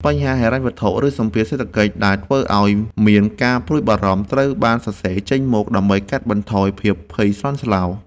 បញ្ហាហិរញ្ញវត្ថុ ឬសម្ពាធសេដ្ឋកិច្ចដែលធ្វើឱ្យមានការព្រួយបារម្ភ ត្រូវបានសរសេរចេញមកដើម្បីកាត់បន្ថយភាពភ័យស្លន់ស្លោ។